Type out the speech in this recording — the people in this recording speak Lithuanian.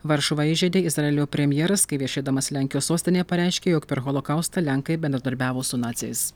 varšuvą įžeidė izraelio premjeras kai viešėdamas lenkijos sostinėje pareiškė jog per holokaustą lenkai bendradarbiavo su naciais